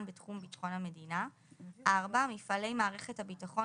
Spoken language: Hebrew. בתחום ביטחון המדינה; (4)מפעלי מערכת הביטחון